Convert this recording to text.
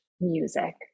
music